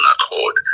accord